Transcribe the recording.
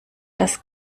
das